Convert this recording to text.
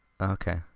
okay